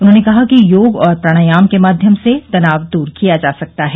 उन्होंने कहा कि योग और प्राणायाम के माध्यम से तनाव दूर किया जा सकता है